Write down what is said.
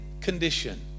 condition